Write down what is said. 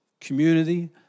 community